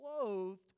clothed